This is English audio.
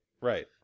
Right